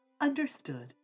Understood